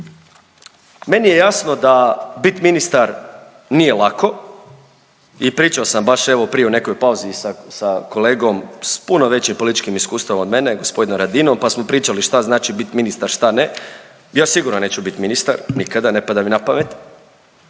Meni je jasno da bit ministar nije lako i pričao sam baš evo prije u nekoj pauzi sa kolegom sa puno većim političkim iskustvom od mene gospodinom Radinom pa smo pričali šta znači bit ministar, šta ne. Ja sigurno neću bit ministar nikada, ne pada mi na pamet